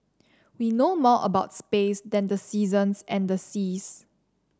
we know more about space than the seasons and the seas